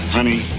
Honey